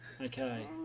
Okay